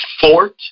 fort